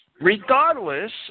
regardless